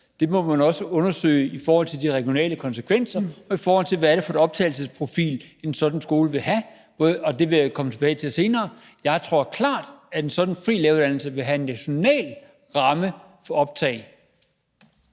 Det må man også undersøge i forhold til de regionale konsekvenser, og i forhold til hvad det er for en optagelsesprofil, som en sådan skole skal have. Og det vil jeg komme tilbage til senere. Jeg tror klart, at en sådan fri læreruddannelse vil have en national ramme for optag.